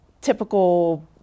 typical